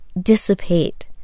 dissipate